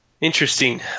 Interesting